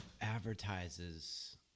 advertises